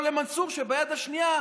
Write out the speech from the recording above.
או למנסור שביד השנייה,